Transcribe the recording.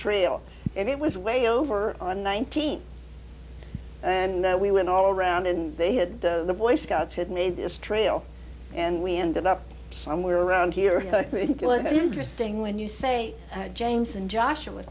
trail and it was way over on nineteenth and we went all around and they had the boy scouts had made this trail and we ended up somewhere around here it was interesting when you say james and joshua